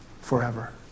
Forever